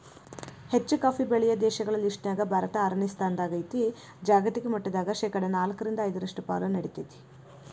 ಹೆಚ್ಚುಕಾಫಿ ಬೆಳೆಯೋ ದೇಶಗಳ ಲಿಸ್ಟನ್ಯಾಗ ಭಾರತ ಆರನೇ ಸ್ಥಾನದಾಗೇತಿ, ಜಾಗತಿಕ ಮಟ್ಟದಾಗ ಶೇನಾಲ್ಕ್ರಿಂದ ಐದರಷ್ಟು ಪಾಲು ನೇಡ್ತೇತಿ